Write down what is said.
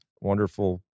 wonderful